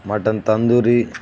mutton tandoori